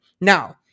Now